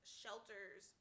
shelters